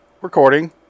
Recording